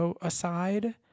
aside